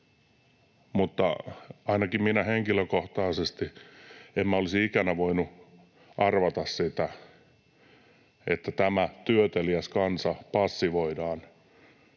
mutta ainakaan minä henkilökohtaisesti en olisi ikänä voinut arvata, että tämä työteliäs kansa passivoidaan